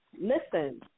listen